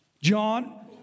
John